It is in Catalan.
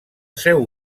seu